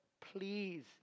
please